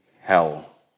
hell